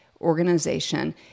organization